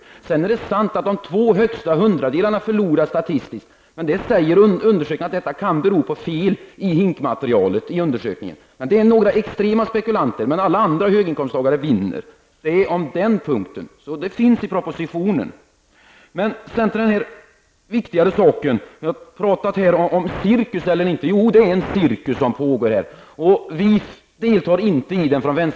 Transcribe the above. Det är visserligen sant att de två högsta hundradelarna förlorar statistiskt, men enligt undersökningen kan detta bero på fel i HINK-materialet. Det rör sig om några extrema spekulanter, men alla andra höginkomsttagare vinner. Detta står alltså i propositionen. Det har talats om cirkus, och det är verkligen en cirkus som pågår här. Vi i vänsterpartiet deltar inte i denna cirkus.